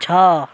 ଛଅ